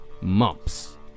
Mumps